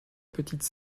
petite